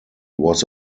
was